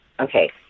Okay